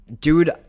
dude